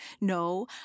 No